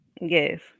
Yes